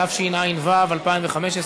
התשע"ו 2015,